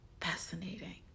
fascinating